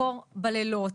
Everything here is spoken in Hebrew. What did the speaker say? וקור בלילות.